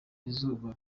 izuba